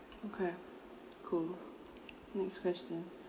okay cool next question